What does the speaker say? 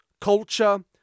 culture